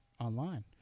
online